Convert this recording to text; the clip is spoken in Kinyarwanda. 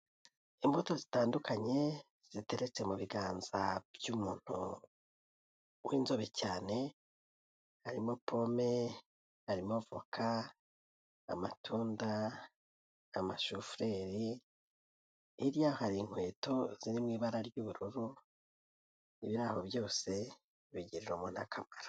Imbuto zitandukanye, ziteretse mu biganza by'umuntu w'inzobe cyane, harimo pome, harimo voka, amatunda, amashufureri, hirya hari inkweto ziri mu ibara ry'ubururu, ibiri aho byose bigirira umuntu akamaro.